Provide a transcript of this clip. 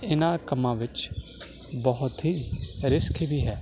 ਇਹਨਾਂ ਕੰਮਾਂ ਵਿੱਚ ਬਹੁਤ ਹੀ ਰਿਸਕ ਵੀ ਹੈ